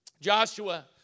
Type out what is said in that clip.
Joshua